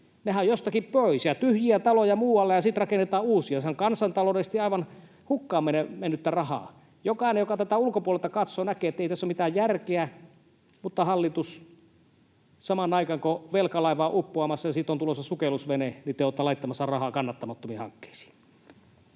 hehän ovat jostakin pois. Jää tyhjiä taloja muualle, ja sitten rakennetaan uusia. Sehän on kansantaloudellisesti aivan hukkaan mennyttä rahaa. Jokainen, joka tätä ulkopuolelta katsoo, näkee, ettei tässä ole mitään järkeä, mutta hallitus — samaan aikaan kun velkalaiva on uppoamassa ja siitä on tulossa sukellusvene — on laittamassa rahaa kannattamattomiin hankkeisiin.